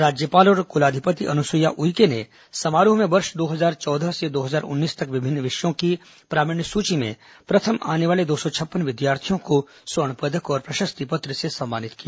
राज्यपाल और कुलाधिपति अनुसुईया उइके ने समारोह में वर्ष दो हजार चौदह से दो हजार उन्नीस तक विभिन्न विषयों की प्रावीण्य सूची में प्रथम आने वाले दो सौ छप्पन विद्यार्थियों को स्वर्ण पदक और प्रशस्ति पत्र से सम्मानित किया